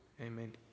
amen